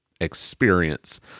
experience